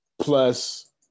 Plus